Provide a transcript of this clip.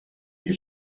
die